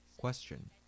Question